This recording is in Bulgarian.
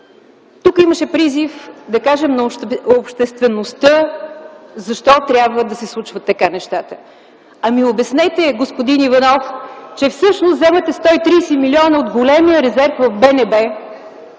Тук имаше призив да кажем на обществеността защо трябва да се случват така нещата. Обяснете, господин Иванов, че всъщност вземате 130 милиона от големия резерв в БНБ